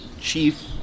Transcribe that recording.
chief